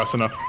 enough